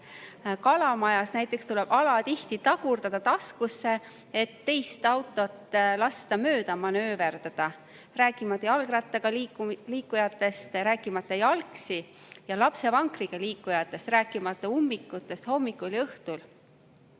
Kalamajas tuleb näiteks alatihti tagurdada taskusse, et lasta teisel autol mööda manööverdada, rääkimata jalgrattaga liikujatest, rääkimata jalgsi ja lapsevankriga liikujatest, rääkimata ummikutest hommikul ja õhtul.